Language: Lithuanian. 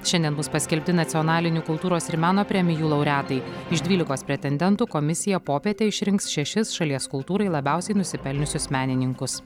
šiandien bus paskelbti nacionalinių kultūros ir meno premijų laureatai iš dvylikos pretendentų komisija popietę išrinks šešis šalies kultūrai labiausiai nusipelniusius menininkus